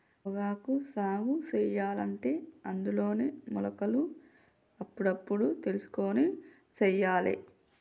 పొగాకు సాగు సెయ్యలంటే అందులోనే మొలకలు అప్పుడప్పుడు తెలుసుకొని సెయ్యాలే